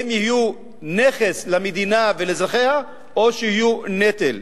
האם יהיו נכס למדינה ולאזרחיה או שיהיו נטל.